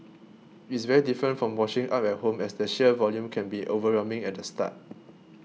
it's very different from washing up at home as the sheer volume can be overwhelming at the start